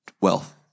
wealth